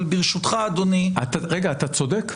אבל, ברשותך, אדוני --- רגע, אתה צודק.